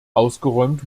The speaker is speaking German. ausgeräumt